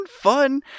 fun